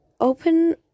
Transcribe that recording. open